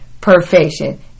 perfection